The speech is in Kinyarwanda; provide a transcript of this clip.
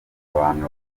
abantu